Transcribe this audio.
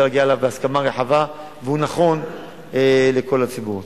להגיע אליו בהסכמה רחבה והוא נכון לכל הציבור.